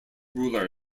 ruler